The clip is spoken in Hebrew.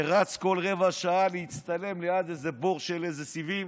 שרץ כל רבע שעה להצטלם ליד איזה בור של איזה סיבים,